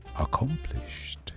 accomplished